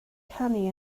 canu